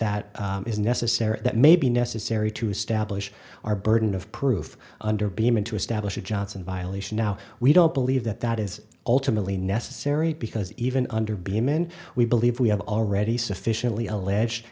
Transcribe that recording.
that is necessary that may be necessary to establish our burden of proof under beeman to establish a johnson violation now we don't believe that that is ultimately necessary because even under beeman we believe we have already sufficiently alleged